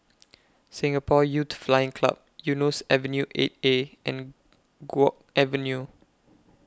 Singapore Youth Flying Club Eunos Avenue eight A and Guok Avenue